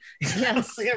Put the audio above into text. yes